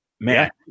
Man